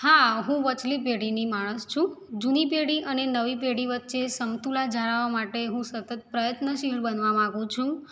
હા હું વચલી પેઢીની માણસ છું જૂની પેઢી અને નવી પેઢી વચ્ચે સમતુલા જાળવવા માટે હું સતત પ્રયત્નશીલ બનવા માગું છું